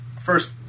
first